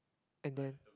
and then